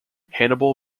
hannibal